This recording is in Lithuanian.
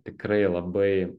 tikrai labai